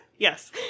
Yes